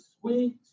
sweet